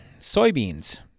Soybeans